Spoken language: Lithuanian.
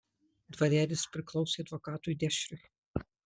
dvarelis priklausė advokatui dešriui